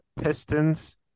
Pistons